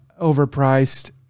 overpriced